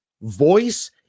voice